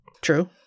True